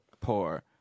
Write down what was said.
poor